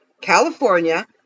California